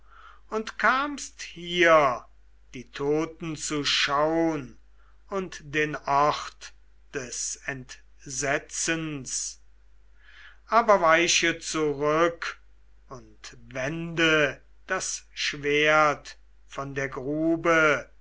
und kamst hier die toten zu schaun und den ort des entsetzens aber weiche zurück und wende das schwert von der grube